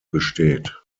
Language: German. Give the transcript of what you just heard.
besteht